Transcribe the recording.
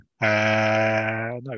no